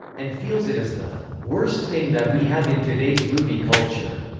and feels it is the worst thing that we have in today's movie culture.